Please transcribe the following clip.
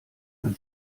man